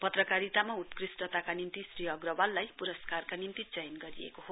पत्रकारितामा उत्कृष्टताका निम्ति श्री अग्रवाललाई पुरस्कारका निम्ति चयन गरिएको हो